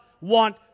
want